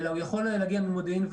אלא הוא יכול להגיע ממודיעין,